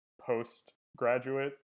postgraduate